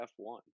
F1